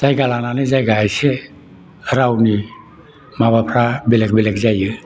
जायगा लानानै जायगा एसे रावनि माबाफ्रा बेलेग बेलेग जायो